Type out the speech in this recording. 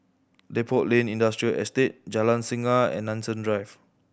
Depot Lane Industrial Estate Jalan Singa and Nanson Drive